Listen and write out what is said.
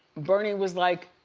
bernie was like,